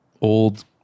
old